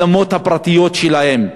אלה האדמות הפרטיות שלהם.